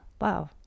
wow